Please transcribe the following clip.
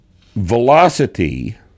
velocity